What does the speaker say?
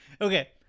Okay